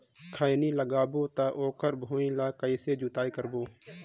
खैनी लगाबो ता ओकर भुईं ला कइसे जोताई करबो?